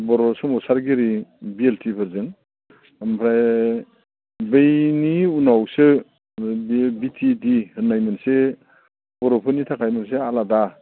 बर' सोमावसारगिरि बिएलटिफोरजों ओमफ्राय बैनि उनावसो बियो बि टि ए डि होन्नाय मोनसे बर'फोरनि थाखाय मोनसे आलादा